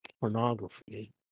pornography